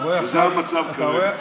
זה המצב כרגע.